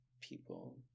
people